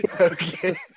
Okay